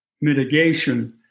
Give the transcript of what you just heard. mitigation